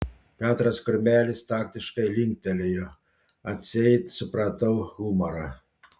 petras kurmelis taktiškai linktelėjo atseit supratau humorą